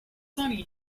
sunny